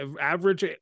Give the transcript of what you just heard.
average